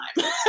time